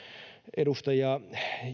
edustaja